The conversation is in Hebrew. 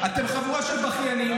אתם חבורה של בכיינים,